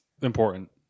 important